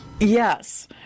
Yes